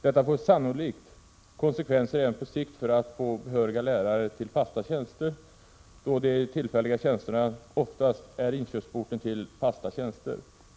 Detta får sannolikt konsekvenser även på sikt för att få behöriga lärare till fasta tjänster då de tillfälliga tjänsterna oftast är inkörsporten till fasta tjänster.